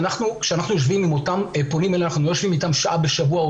כשאנחנו יושבים עם אותם פונים אנחנו לא יושבים איתם שעה בשבוע,